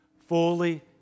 fully